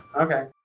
Okay